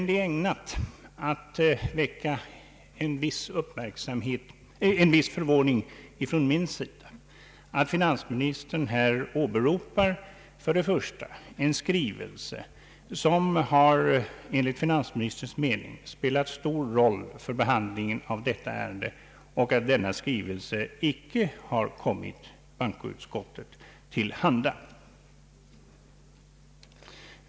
Det är emellertid ägnat att väcka en viss förvåning att finansministern här åberopar en skrivelse, som enligt finansministerns mening har spelat stor roll för behandlingen av detta ärende och att denna skrivelse icke har kommit bankoutskottet till handa.